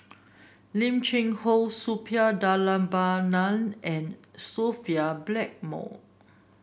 Lim Cheng Hoe Suppiah Dhanabalan and Sophia Blackmore